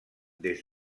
des